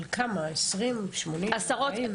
אבל כמה, 20, 80, 40?